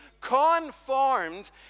conformed